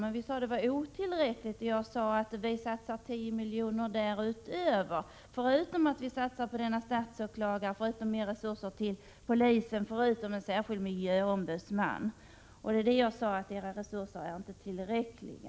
Men vi sade att detta var otillräckligt, och jag sade att vi därutöver satsar 10 miljoner, förutom att vi satsar på en statsåklagare och ger resurser till polisen samt en särskild miljöombudsman. Det var detta jag menade när jag sade att de resurser ni föreslår inte är tillräckliga.